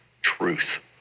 truth